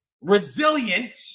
resilient